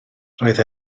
roedd